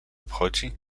obchodzi